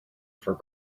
for